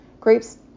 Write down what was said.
Grapes